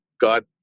God